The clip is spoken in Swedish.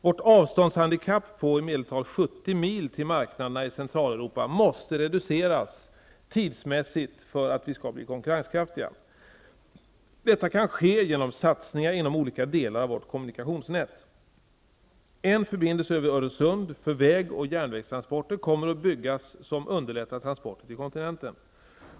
Vårt avståndshandikapp på i medeltal 70 mil till marknaderna i Centraleuropa måste reduceras tidsmässigt för att vi skall bli konkurrenskraftiga. Detta kan ske genom satsningar inom olika delar av vårt kommunikationsnät. En förbindelse över Öresund för väg och järnvägstransporter kommer att byggas, som underlättar transporter till kontinenten.